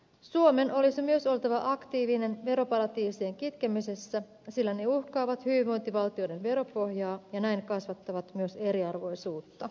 suomen olisi myös oltava aktiivinen veroparatiisien kitkemisessä sillä ne uhkaavat hyvinvointivaltioiden veropohjaa ja näin kasvattavat myös eriarvoisuutta